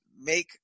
make